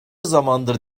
zamandır